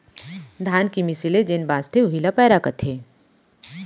धान के मीसे ले जेन बॉंचथे उही ल पैरा कथें